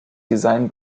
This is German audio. design